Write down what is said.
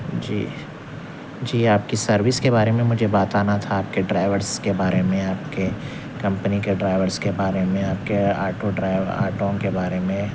جی جی آپ کی سروس کے بارے میں مجھے بتانا تھا کہ ڈرائیورس کے بارے میں آپ کے کمپنی کے ڈرائیورس کے بارے میں آپ کے آٹو ڈرائی آٹوں کے بارے میں